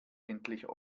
endlich